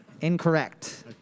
Incorrect